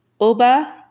Oba